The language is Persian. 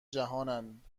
جهانند